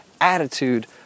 Attitude